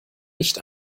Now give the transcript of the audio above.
nicht